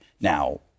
Now